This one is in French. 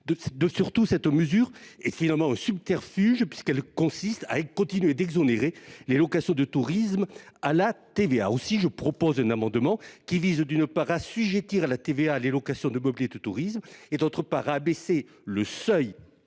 Surtout, cette mesure est finalement un subterfuge, puisqu’elle consiste à continuer d’exonérer de TVA les locations de tourisme. Aussi, je propose un amendement qui vise, d’une part, à assujettir à la TVA les locations de meublés de tourisme et, d’autre part, à abaisser le seuil